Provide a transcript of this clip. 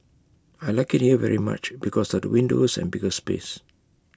I Like IT here very much because of the windows and bigger space